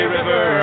River